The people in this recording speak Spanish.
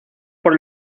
por